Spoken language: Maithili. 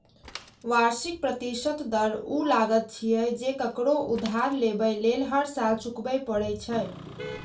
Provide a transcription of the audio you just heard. वार्षिक प्रतिशत दर ऊ लागत छियै, जे ककरो उधार लेबय लेल हर साल चुकबै पड़ै छै